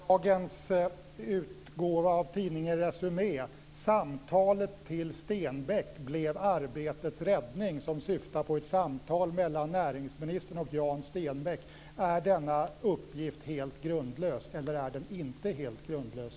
Fru talman! Är alltså uppgiften i dagens utgåva av tidningen Resumé om att samtalet till Stenbeck blev Arbetets räddning, som syftar på ett samtal mellan näringsministern och Jan Stenbeck, helt grundlös - eller är den inte helt grundlös?